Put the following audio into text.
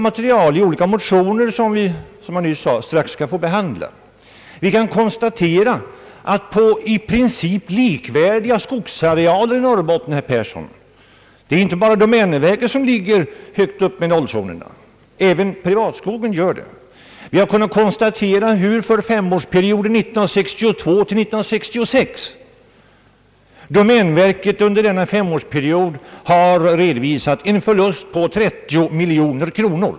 Vi kan, herr Yngve Persson, konstatera, att på i princip likvärdiga skogsarealer i Norrbotten — det är inte bara domänverket som har skogar högt uppe i 0-zonerna, utan även de privata skogsägarna har det — redovisar domänverket för femårsperioden 1962— 1966 en förlust på 30 miljoner kronor.